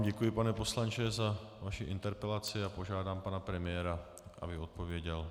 Děkuji vám, pane poslanče, za vaši interpelaci a požádám pana premiéra, aby odpověděl.